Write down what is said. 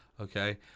okay